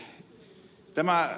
sitten ed